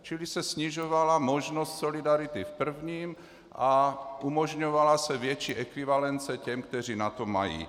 Čili se snižovala možnost solidarity v prvním a umožňovala se větší ekvivalence těm, kteří na to mají.